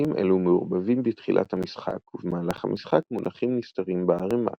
קלפים אלו מעורבבים בתחילת המשחק ובמהלך המשחק מונחים נסתרים בערימה.